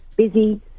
Busy